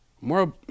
more